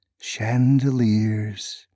Chandeliers